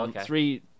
three